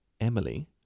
Emily